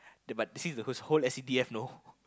the but she's the first whole S_C_D_F know